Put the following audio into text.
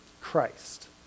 Christ